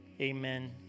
Amen